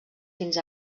fins